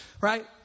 Right